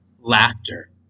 laughter